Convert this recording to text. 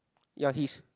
ya his